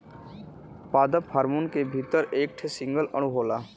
पादप हार्मोन के भीतर एक ठे सिंगल अणु होला